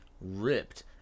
ripped